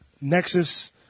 Nexus